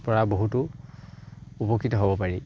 পৰা বহুতো উপকৃত হ'ব পাৰি